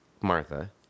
Martha